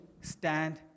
stand